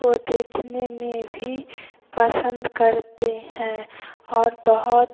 वो देखने में भी पसंद करते हैं और बहुत